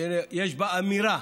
שיש בה אמירה